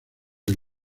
del